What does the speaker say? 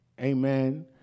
amen